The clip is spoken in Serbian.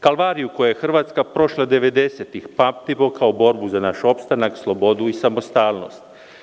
Kalvariju koju je Hrvatska prošla 90-ih pamtimo kao borbu za naš opstanak, slobodu i samostalnost.